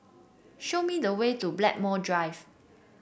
show me the way to Blackmore Drive